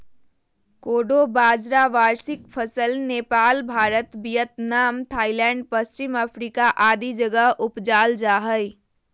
कोडो बाजरा वार्षिक फसल नेपाल, भारत, वियतनाम, थाईलैंड, पश्चिम अफ्रीका आदि जगह उपजाल जा हइ